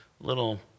little